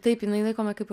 taip jinai laikoma kaip